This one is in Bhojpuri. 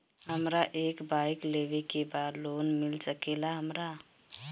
हमरा एक बाइक लेवे के बा लोन मिल सकेला हमरा?